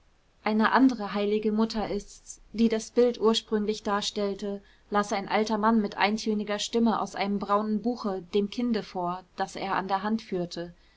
eine andere heilige mutter ist's die das bild ursprünglich darstellte las ein alter mann mit eintöniger stimme aus einem braunen buche dem kinde vor das er an der hand führte